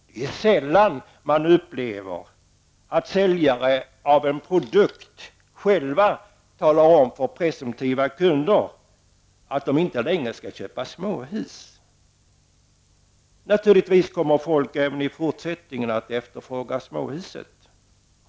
Det är sällan man upplever att säljare av en produkt själva talar om för presumtiva kunder att de inte längre skall köpa småhus. Naturligtvis kommer folk även i fortsättningen att efterfråga småhus.